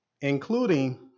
including